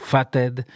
Fathead